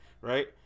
right